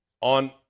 on